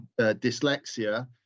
dyslexia